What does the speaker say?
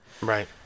Right